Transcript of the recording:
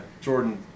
Jordan